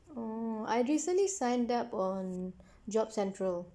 oh I recently signed up on job central